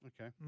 Okay